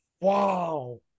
wow